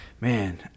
man